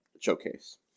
showcase